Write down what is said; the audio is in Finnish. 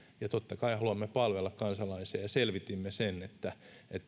ja totta kai haluamme palvella kansalaisia ja selvitimme sen että